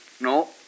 No